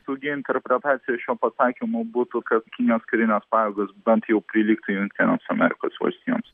saugi interpretacija šio pasakymo būtų kad kinijos karinės pajėgos bent jau prilygtų jungtinėms amerikos valstijoms